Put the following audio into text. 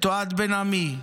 את אוהד בן עמי,